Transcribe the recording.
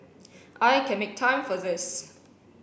I can make time for this